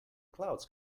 clouds